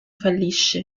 fallisce